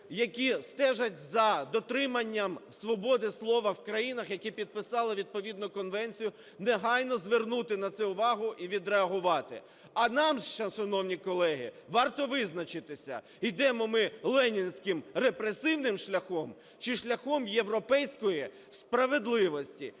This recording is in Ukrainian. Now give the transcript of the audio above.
які стежать за дотриманням свободи слова в країнах, які підписали відповідну конвенцію, негайно звернути на це увагу і відреагувати. А нам, шановні колеги, варто визначитися: йдемо ми ленінським, репресивним шляхом, чи шляхом європейської справедливості,